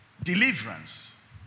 Deliverance